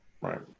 Right